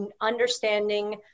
understanding